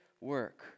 work